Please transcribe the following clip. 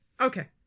okay